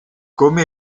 come